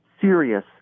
serious